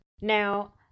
Now